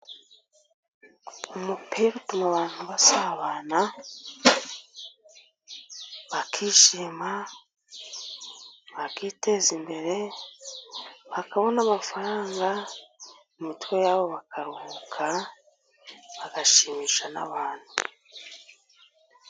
Umupira utuma abantu basabana bakishima, bakiteza imbere, bakabona amafaranga, mu mitwe yabo bakaruhuka, bagashimisha n'abantu.